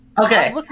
Okay